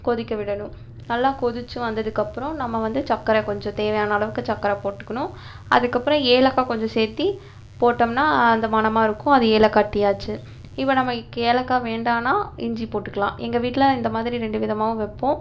கொதிக்கவிடணும் நல்லா கொதித்து வந்ததுக்கப்றம் நம்ம வந்து சக்கரை கொஞ்சம் தேவையான அளவுக்கு சர்க்கரை போட்டுக்கணும் அதுக்கப்புறம் ஏலக்காய் கொஞ்சம் சேர்த்தி போட்டோம்னால் அந்த மணமாக இருக்கும் அது ஏலக்காய் டீ ஆச்சு இப்போ நம்ம ஏலக்காய் வேண்டானால் இஞ்சி போட்டுக்கலாம் எங்கள் வீட்டில் இந்த மாதிரி ரெண்டு விதமாகவும் வைப்போம்